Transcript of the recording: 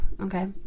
Okay